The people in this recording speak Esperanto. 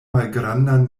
malgrandan